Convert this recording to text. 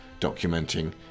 documenting